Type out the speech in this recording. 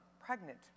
pregnant